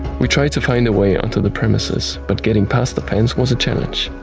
we tried to find a way onto the premises but getting past the fence was a challenge.